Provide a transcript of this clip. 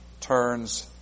turns